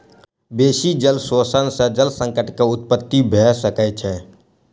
बेसी जल शोषण सॅ जल संकट के उत्पत्ति भ सकै छै